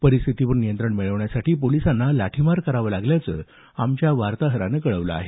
परिस्थितीवर नियंत्रण मिळवण्यासाठी पोलिसांना लाठीमार करावा लागल्याचं आमच्या वार्ताहरानं कळवलं आहे